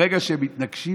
ברגע שהם מתנגשים,